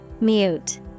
Mute